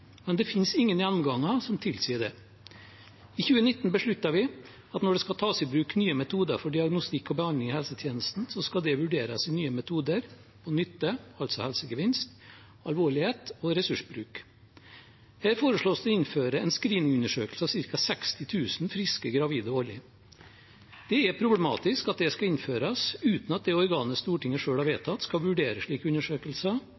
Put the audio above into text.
men det finnes ingen gjennomganger som tilsier det. I 2019 besluttet vi at når det skal tas i bruk nye metoder for diagnostikk og behandling i helsetjenesten, skal det vurderes nye metoder og nytte, altså helsegevinst, alvorlighet og ressursbruk. Her foreslås det å innføre en screeningundersøkelse av ca. 60 000 friske gravide årlig. Det er problematisk at det skal innføres uten at det organet Stortinget selv har vedtatt, skal vurdere slike undersøkelser